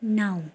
नाव